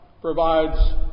provides